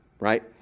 right